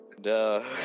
Duh